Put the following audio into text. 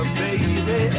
baby